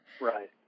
Right